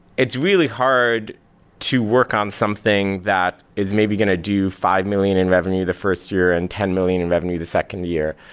it's really hard to work on something that is maybe going to do five million in revenue the first year and ten million in revenue the second year.